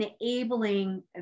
Enabling